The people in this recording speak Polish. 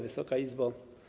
Wysoka Izbo!